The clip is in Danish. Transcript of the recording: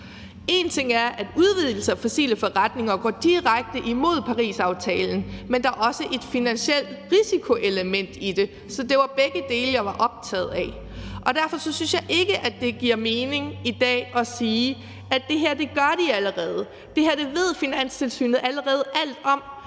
Én ting er, at udvidelse af fossile forretninger går direkte imod Parisaftalen, men noget andet er, at der også er et finansielt risikoelement i det. Så det var begge dele, jeg var optaget af. Derfor synes jeg ikke, det giver mening i dag at sige, at de allerede gør det her, og at det her ved Finanstilsynet allerede alt om.